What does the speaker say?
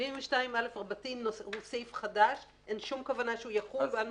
72א רבתי הוא סעיף חדש, אין שום כוונה שהוא יקום.